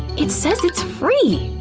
it says it's free!